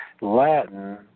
Latin